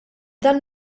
dan